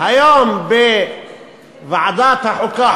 היום בוועדת החוקה,